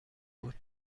بود